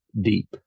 deep